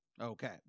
Okay